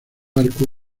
barco